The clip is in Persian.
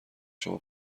شما